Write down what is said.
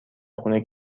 خونه